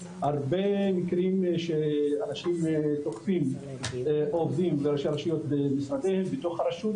הרבה מקרים שאנשים תוקפים או עובדים בראשי רשויות בתוך הרשות,